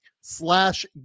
slash